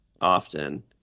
often